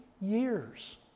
years